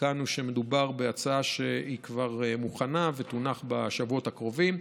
עודכנו שמדובר בהצעה שהיא כבר מוכנה ותונח בשבועות הקרובים.